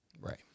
right